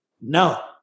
No